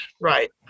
Right